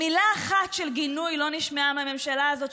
מילה אחת של גינוי לא נשמעה מהממשלה הזאת,